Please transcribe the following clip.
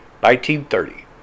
1930